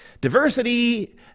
diversity